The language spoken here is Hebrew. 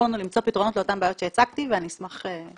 לנו למצוא פתרונות לאותן בעיות שהצגתי ואני אשמח שנדבר.